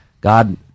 God